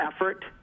effort